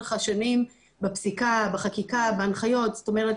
לאורך השנים בפסיקה, בחקיקה, בהנחיות, זאת אומרת